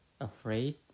afraid